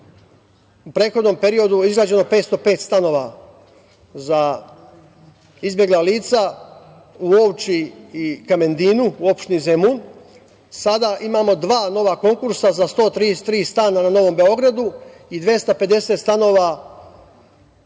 u prethodnom periodu izgrađeno 505 stanova za izbegla lica u Ovči i Kamendinu u opštini Zemun. Sada imamo dva nova konkursa za 133 stana na Novom Beogradu i 250 stanova